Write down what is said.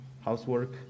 housework